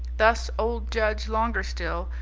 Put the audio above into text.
thus old judge longerstill,